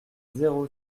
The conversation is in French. zéro